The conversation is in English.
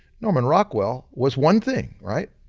norman rockwell was one thing right?